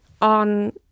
on